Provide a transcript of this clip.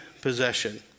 possession